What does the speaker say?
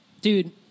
dude